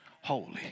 holy